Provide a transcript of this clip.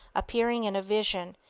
appearing in a vision,